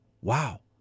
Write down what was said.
Wow